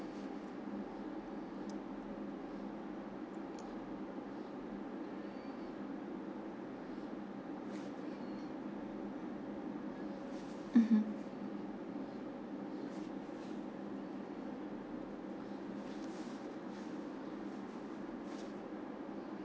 mmhmm